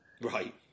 Right